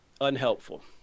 Unhelpful